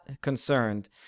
concerned